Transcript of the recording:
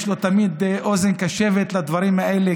יש לו תמיד אוזן קשבת לדברים האלה,